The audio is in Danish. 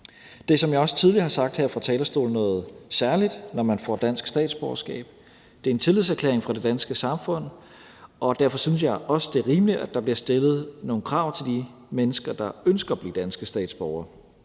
Det er, som jeg også tidligere har sagt her fra talerstolen, noget særligt, når man får tildelt dansk statsborgerskab. Det er en tillidserklæring fra det danske samfund, og derfor synes jeg også, det er rimeligt, at der bliver stillet nogle krav til de mennesker, der ønsker at blive danske statsborgere.